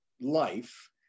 life